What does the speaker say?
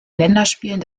länderspielen